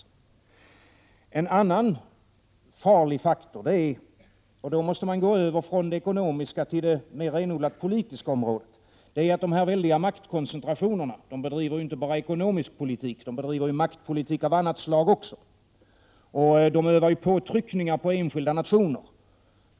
En annan farlig faktor är — och då måste man gå över från det ekonomiska området till det mera renodlat politiska området — att dessa maktkoncentrationer inte bara driver ekonomisk politik utan också maktpolitik av annat slag. De övar påtryckningar på enskilda nationer.